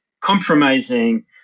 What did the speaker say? compromising